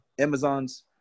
Amazon's